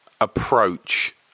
approach